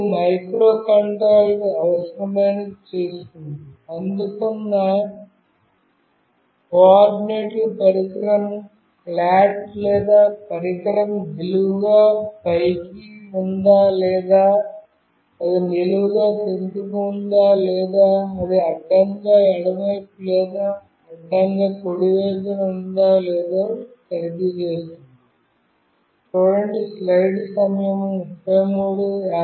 అప్పుడు మైక్రోకంట్రోలర్ అవసరమైనది చేస్తుంది అందుకున్న కోఆర్డినేట్లు పరికరం ఫ్లాట్ లేదా పరికరం నిలువుగా పైకి ఉందా లేదా అది నిలువుగా క్రిందికి ఉందా లేదా అది అడ్డంగా ఎడమవైపు లేదా అడ్డంగా కుడి వైపున ఉందో లేదో తనిఖీ చేస్తుంది